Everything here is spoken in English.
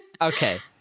okay